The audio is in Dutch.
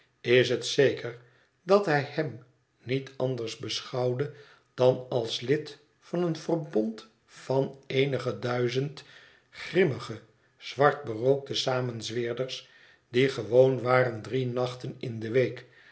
is het zeker dat hij hem niet anders beschouwde dan als lid van een verbond van eenige duizend grimmige zwart berookte samenzweerders die gewoon waren drie nachten in de week